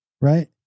right